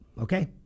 okay